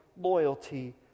loyalty